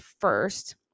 first